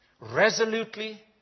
Resolutely